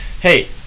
Hey